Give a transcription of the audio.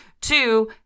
Two